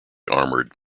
armoured